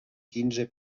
quinze